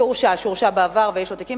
שהורשע, שהורשע בעבר, ויש לו תיקים.